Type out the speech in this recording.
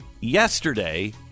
yesterday